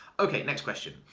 okay next question.